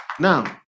Now